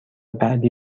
بعدی